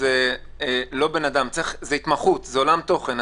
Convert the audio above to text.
זה לא אדם, זה התמחות, זה עולם תוכן.